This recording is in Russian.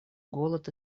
голод